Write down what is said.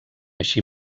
així